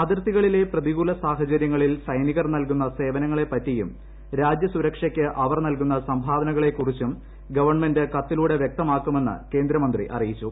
അതിർത്തികളിലെ പ്രതികൂല സാഹചര്യങ്ങളിൽ സൈനികർ നൽകുന്ന സേവനങ്ങളെപ്പറ്റിയും രാജ്യസുരക്ഷയ്ക്ക് അവർ നൽകുന്ന സംഭാവനകളെക്കുറിച്ചും ഗവൺമെന്റ് കത്തിലൂടെ വ്യക്തമാക്കുമെന്ന് കേന്ദ്രമന്ത്രി അറിയിച്ചു